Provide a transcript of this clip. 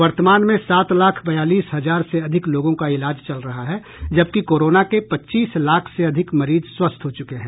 वर्तमान में सात लाख बयालीस हजार से अधिक लोगों का इलाज चल रहा है जबकि कोरोना के पच्चीस लाख से अधिक मरीज स्वस्थ हो चुके हैं